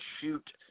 shoot